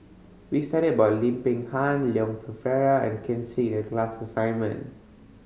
we studied about Lim Peng Han Leon Perera and Ken Seet in the class assignment